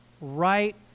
right